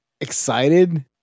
excited